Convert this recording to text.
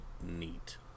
neat